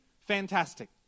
Fantastic